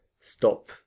stop